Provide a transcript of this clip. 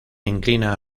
inclina